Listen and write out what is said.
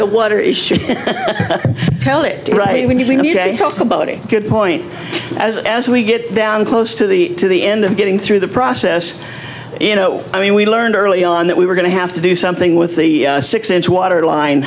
the water issue tell it right when you talk about a good point as as we get down close to the to the end of getting through the process you know i mean we learned early on that we were going to have to do something with the six inch waterline